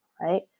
right